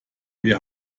wir